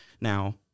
now